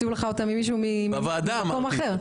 מישהו ממקום אחר הציע לך אותה.